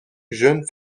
jeune